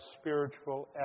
spiritual